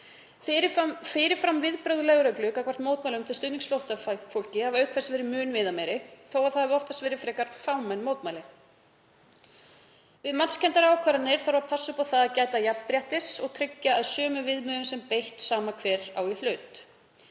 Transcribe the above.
fyrir fram gagnvart mótmælum til stuðnings flóttafólki hafa auk þess verið mun viðameiri þó að það hafi oft verið frekar fámenn mótmæli. Við matskenndar ákvarðanir þarf að passa upp á að gæta jafnréttis og tryggja að sömu viðmiðum sé beitt sama hver á í hlut.